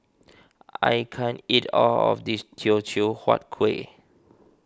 I can't eat all of this Teochew Huat Kueh